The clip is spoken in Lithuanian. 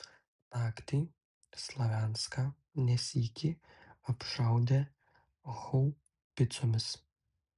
naktį slavianską ne sykį apšaudė haubicomis